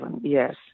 yes